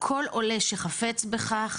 כל עולה שחפץ בכך,